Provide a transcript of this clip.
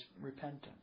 repentance